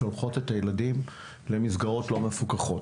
שולחות את הילדים למסגרות לא מפוקחות,